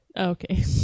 okay